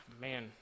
man